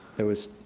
there was,